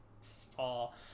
fall